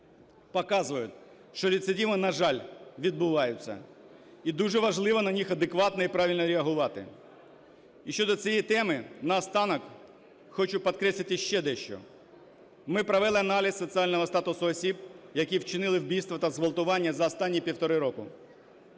показують, що рецидиви, на жаль, відбуваються, і дуже важливо на них адекватно і правильно реагувати. І щодо цієї теми наостанок хочу підкреслити ще дещо. Ми провели аналіз соціального статусу осіб, які вчинили вбивство та зґвалтування за останні півтора роки.